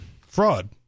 fraud